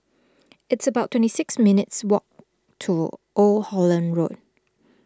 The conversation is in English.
it's about twenty six minutes' walk to Old Holland Road